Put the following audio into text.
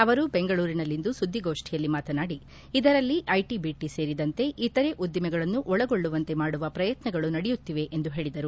ಅವರು ಬೆಂಗಳೂರಿನಲ್ಲಿಂದು ಸುದ್ದಿಗೋಷ್ಠಿಯಲ್ಲಿ ಮಾತನಾಡಿ ಇದರಲ್ಲಿ ಐಟ ಬಟ ಸೇರಿದಂತೆ ಇತರೆ ಉದ್ದಿಮೆಗಳನ್ನು ಒಳಗೊಳ್ಳುವಂತೆ ಮಾಡುವ ಪ್ರಯತ್ನಗಳು ನಡೆಯುತ್ತಿವೆ ಎಂದು ಹೇಳಿದರು